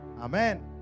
Amen